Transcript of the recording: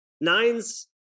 Nines